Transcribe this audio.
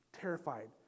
terrified